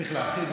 צריך להכין?